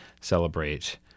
celebrate